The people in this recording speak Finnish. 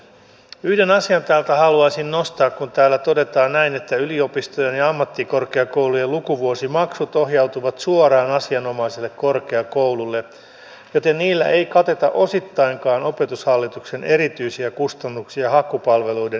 yhden asian täältä haluaisin nostaa kun täällä todetaan näin että yliopistojen ja ammattikorkeakoulujen lukuvuosimaksut ohjautuvat suoraan asianomaiselle korkeakoululle joten niillä ei kateta osittainkaan opetushallituksen erityisiä kustannuksia hakupalveluiden ylläpitämisestä ja kehittämisestä